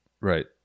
right